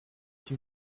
two